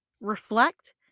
reflect